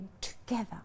together